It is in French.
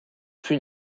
plus